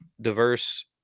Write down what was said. diverse